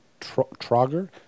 Troger